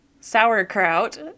sauerkraut